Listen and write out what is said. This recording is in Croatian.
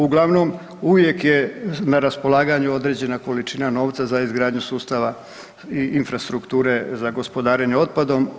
Uglavnom, uvijek je na raspolaganju određena količina novca za izgradnju sustava i infrastrukture za gospodarenje otpadom.